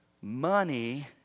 Money